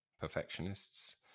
perfectionists